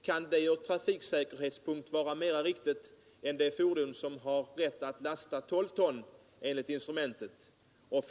Kan detta ur trafiksäkerhetssynpunkt vara mera riktigt än att ett fordon som enligt instrumentet har rätt att lasta tolv ton får samma möjlighet?